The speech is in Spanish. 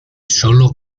solo